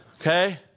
Okay